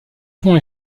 ponts